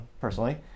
personally